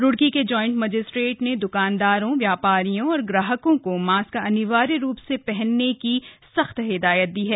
रूड़की के joint magistrate ने दकानदारों व्यापारियों और ग्राहकों को मास्क अनिवार्य रूप से पहनने की सख्त हिदायत दी है